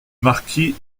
marquis